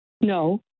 No